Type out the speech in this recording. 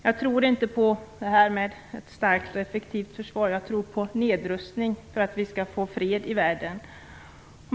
Jag tror inte på ett starkt och effektivt försvar, jag tror på nedrustning, för att vi skall få fred i världen.